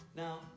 Now